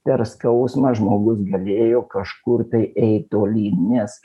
per skausmą žmogus galėjo kažkur tai eit tolyn nes